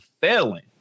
failing